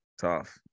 Tough